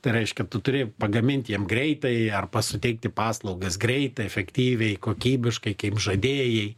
tai reiškia tu turi pagamint jiem greitai arba suteikti paslaugas greitai efektyviai kokybiškai kaip žadėjai